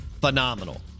phenomenal